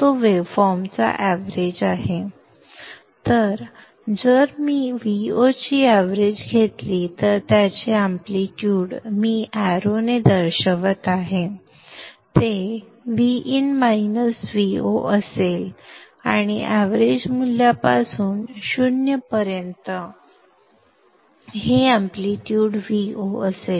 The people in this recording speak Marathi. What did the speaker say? तो वेव्हफॉर्म ची एवरेज आहे आता जर मी Vo ची एवरेज घेतली तर ज्याचे एम्पलीट्यूड मी एरो ने दर्शवत आहे ते Vin मायनस Vo असेल आणि एवरेज मूल्यापासून 0 पर्यंत हे एम्पलीट्यूड Vo असेल